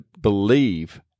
believe